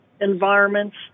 environments